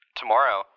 tomorrow